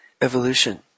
evolution